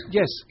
yes